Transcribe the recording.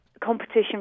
competition